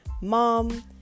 mom